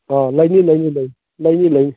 ꯑꯥ ꯂꯩꯅꯤ ꯂꯩꯅꯤ ꯂꯩꯅꯤ ꯂꯩꯅꯤ ꯂꯩꯅꯤ